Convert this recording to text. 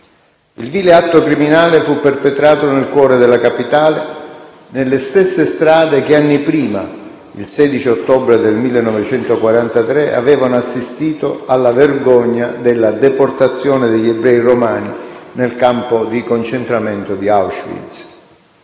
Il vile atto criminale fu perpetrato nel cuore della Capitale nelle stesse strade che anni prima, il 16 ottobre del 1943, avevano assistito alla vergogna della deportazione degli ebrei romani nel campo di concentramento di Auschwitz.